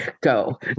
Go